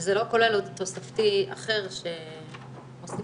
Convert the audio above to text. וזה לא כולל תוספתי אחר שמוסיפים